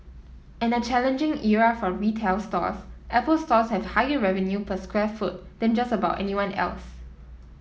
in a challenging era for retail stores Apple Stores have higher revenue per square foot than just about anyone else